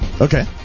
Okay